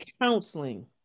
counseling